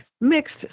mixed